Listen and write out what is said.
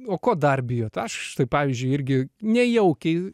o ko dar bijot aš tai pavyzdžiui irgi nejaukiai